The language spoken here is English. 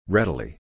Readily